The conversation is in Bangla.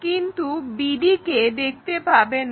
কিন্তু bd কে দেখতে পাবো না